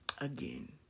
again